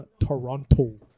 Toronto